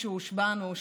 כשהושבענו,